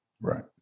Right